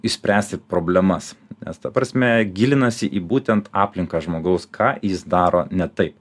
išspręsti problemas nes ta prasme gilinasi į būtent aplinką žmogaus ką jis daro ne taip